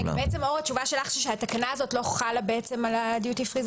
אור, התשובה שלך שהתקנה הזו לא חלה על הדיוטי פרי?